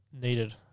needed